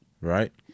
Right